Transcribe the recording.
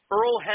Earl